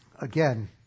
again